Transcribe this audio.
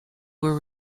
were